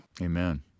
Amen